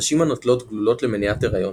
נשים הנוטלות גלולות למניעת הריון